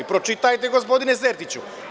Pročitajte, gospodine Sertiću.